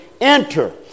enter